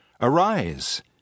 Arise